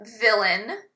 villain